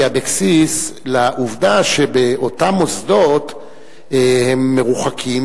אבקסיס לעובדה שבאותם מוסדות הם מרוחקים,